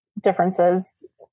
differences